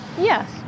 Yes